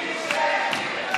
משנכנס אדר,